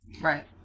Right